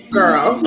girl